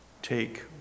take